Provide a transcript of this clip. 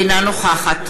אינה נוכחת